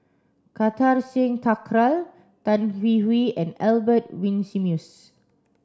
Kartar Singh Thakral Tan Hwee Hwee and Albert Winsemius